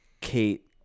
Kate